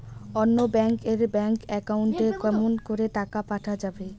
অন্য ব্যাংক এর bank account এ কেমন করে টাকা পাঠা যাবে?